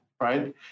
right